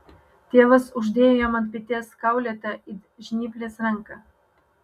tėvas uždėjo jam ant peties kaulėtą it žnyplės ranką